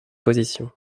position